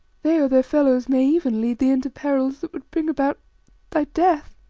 they or their fellows may even lead thee into perils that would bring about thy death,